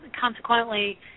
consequently